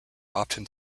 often